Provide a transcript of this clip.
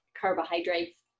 carbohydrates